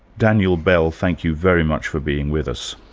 daniel bell, thank you very much for being with us.